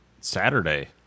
Saturday